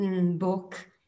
book